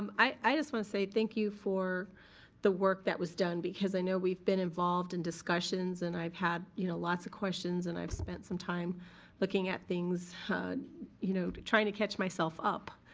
um i just wanna say thank you for the work that was done because i know we've been involved in discussions and i've had you know lots of questions and i've spent some time looking at things you know to try and to catch myself up,